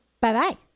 Bye-bye